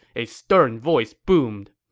a stern voice boomed.